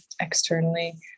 externally